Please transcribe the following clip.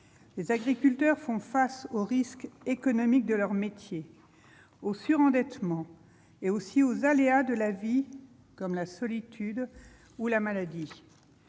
Les agriculteurs font face aux risques économiques de leur métier, au surendettement, mais aussi aux aléas de la vie, comme la solitude ou la maladie.